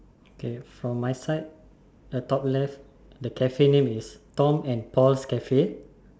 okay from my side the top left the Cafe name is Tom and Paul's Cafe